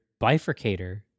bifurcator